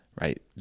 Right